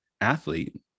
athlete